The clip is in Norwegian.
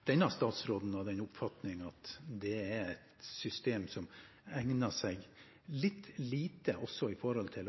et system som egner seg litt lite for også